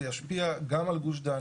זה ישפיע גם על גוש דן.